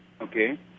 okay